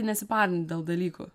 nesiparinu dėl dalykų